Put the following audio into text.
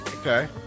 Okay